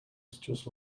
just